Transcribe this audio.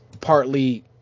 partly